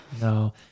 No